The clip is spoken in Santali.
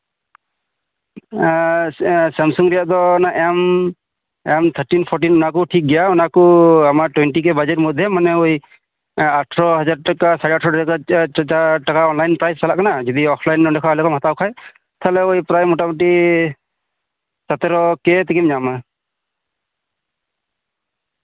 ᱟᱨ ᱟᱨ ᱚᱱᱮ ᱥᱟᱢᱥᱩᱝ ᱨᱮᱱᱟᱜ ᱫᱚ ᱚᱱᱮ ᱮᱢ ᱛᱷᱟᱴᱴᱤᱱ ᱯᱷᱳᱴᱴᱤᱱ ᱚᱱᱟ ᱠᱚ ᱴᱷᱤᱠᱜᱮᱭᱟ ᱟᱢᱟᱜ ᱴᱳᱭᱮᱱᱴᱤ ᱠᱮ ᱵᱟᱡᱮᱴ ᱢᱚᱫᱽᱫᱷᱮ ᱳᱭ ᱟᱴᱷᱚᱨᱚ ᱦᱟᱡᱟᱨ ᱴᱟᱠᱟ ᱥᱟᱲᱮ ᱟᱴᱷᱟᱨᱚ ᱦᱟᱡᱟᱨ ᱴᱟᱠᱟ ᱚᱱᱞᱟᱭᱤᱱ ᱯᱨᱟᱭᱤᱥ ᱪᱟᱞᱟᱜ ᱠᱟᱱᱟ ᱡᱩᱫᱤ ᱚᱯᱷᱞᱟᱭᱤᱱ ᱟᱞᱮ ᱱᱚᱸᱰᱮ ᱠᱷᱚᱡ ᱮᱢ ᱦᱟᱛᱟᱣ ᱠᱷᱟᱡ ᱛᱟᱞᱦᱮ ᱳᱭ ᱯᱨᱟᱭ ᱢᱳᱴᱟᱼᱢᱩᱴᱤ ᱥᱚᱛᱨᱚ ᱠᱮ ᱛᱮᱜᱮᱢ ᱧᱟᱢᱟ